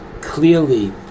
clearly